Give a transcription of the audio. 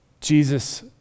Jesus